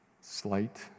slight